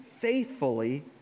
faithfully